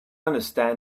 understand